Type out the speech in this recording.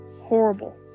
horrible